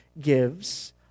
gives